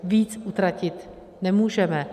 Víc utratit nemůžeme.